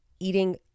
eating